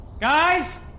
Guys